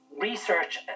research